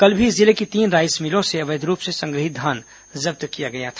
कल भी जिले की तीन राईस मिलों से अवैध रूप से संग्रहित धान जब्त किया गया था